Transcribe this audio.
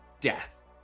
death